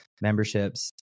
memberships